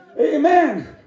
amen